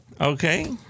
okay